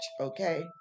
Okay